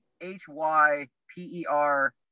H-Y-P-E-R-